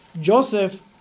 Joseph